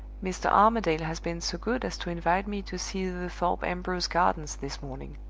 mr. armadale has been so good as to invite me to see the thorpe ambrose gardens this morning.